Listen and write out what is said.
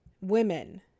women